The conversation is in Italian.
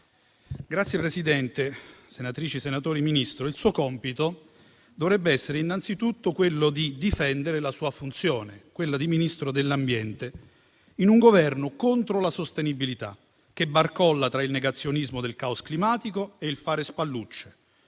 senatrici e senatori, signor Ministro, il suo compito dovrebbe essere anzitutto quello di difendere la sua funzione di Ministro dell'ambiente in un Governo contro la sostenibilità, che barcolla tra il negazionismo del caos climatico e il fare spallucce,